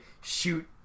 shoot